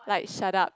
like shut up